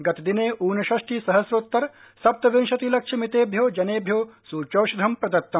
गतदिने ऊनषष्टि सहस्रोतर सप्तविंशतिलक्ष मितेभ्यो जनेभ्यो सूच्यौषधं प्रदतम्